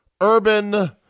Urban